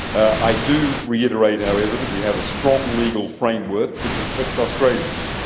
i do reiterate, however, that we have a strong legal framework to protect australians.